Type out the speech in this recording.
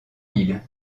l’île